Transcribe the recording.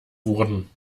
wurden